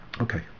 Okay